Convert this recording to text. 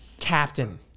captain